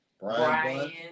Brian